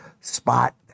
spot